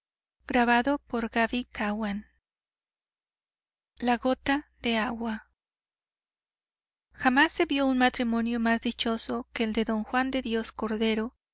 si no fuera porque le necesito jamás se vio un matrimonio más dichoso que el de d juan de dios cordero